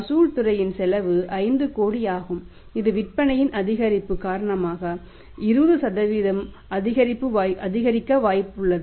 வசூல் துறையின் செலவு 5 கோடி ஆகும் இது விற்பனையின் அதிகரிப்பு காரணமாக 20 அதிகரிக்க வாய்ப்புள்ளது